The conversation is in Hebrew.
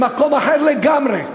במקום אחר לגמרי.